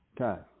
Okay